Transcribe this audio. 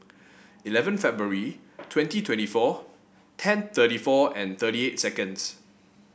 eleven February twenty twenty four ten thirty four and thirty eight seconds